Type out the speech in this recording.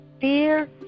Fear